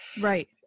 Right